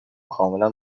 کاملا